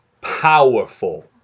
powerful